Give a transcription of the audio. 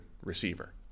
receiver